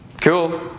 Cool